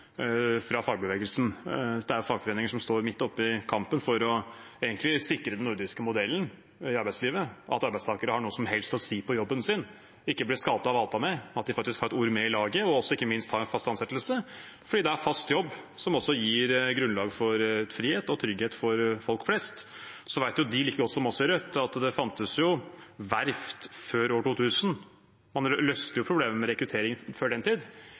sikre den nordiske modellen i arbeidslivet, at arbeidstakere har noe som helst å si på jobben sin og ikke blir skaltet og valtet med, men at de faktisk har et ord med i laget, og ikke minst har en fast ansettelse, fordi det er fast jobb som gir grunnlaget for frihet og trygghet for folk flest. Så vet jo de like godt som oss i Rødt at det fantes verft før år 2000, og man løste problemet med rekruttering før den tid